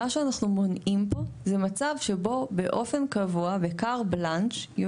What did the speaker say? מה שאנחנו מונעים פה זה מצב שבו באופן קבוע ב- -- יבואו